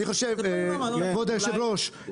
כבוד היו"ר,